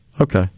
Okay